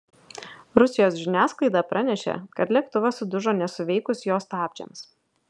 rusijos žiniasklaida pranešė kad lėktuvas sudužo nesuveikus jo stabdžiams